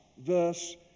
verse